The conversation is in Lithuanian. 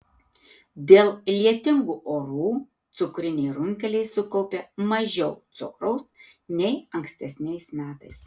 dėl lietingų orų cukriniai runkeliai sukaupė mažiau cukraus nei ankstesniais metais